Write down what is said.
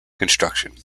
construction